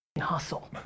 hustle